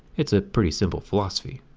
it's a pretty simple philosophy.